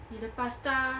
你的 pasta